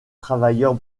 travailleurs